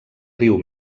riu